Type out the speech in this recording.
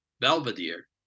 Belvedere